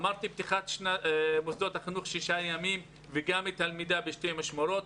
אמרתי שפתיחת מוסדות החינוך לשישה ימים וגם למידה בשתי משמרות.